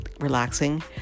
relaxing